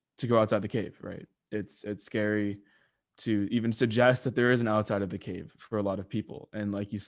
to go outside the cave. right. it's, it's scary to even suggest that there is an outside of the cave for a lot of people. and like,